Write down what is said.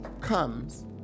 comes